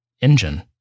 engine